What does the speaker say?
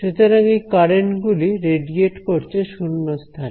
সুতরাং এই কারেন্ট গুলি রেডিয়েট করছে শূন্যস্থানে